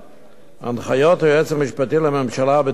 הנחיות היועץ המשפטי לממשלה בדבר מינוי